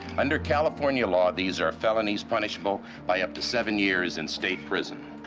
under california law these are felonies punishable by up to seven years in state prison.